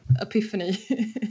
epiphany